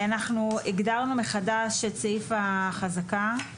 אנחנו הגדרנו מחדש את סעיף החזקה.